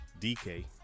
DK